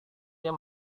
yang